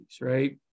right